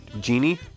Genie